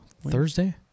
Thursday